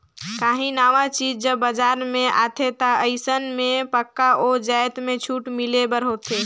काहीं नावा चीज जब बजार में आथे ता अइसन में पक्का ओ जाएत में छूट मिले बर होथे